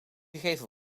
gegeven